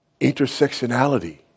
intersectionality